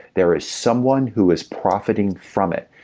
there is someone who is profiting from it.